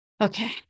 Okay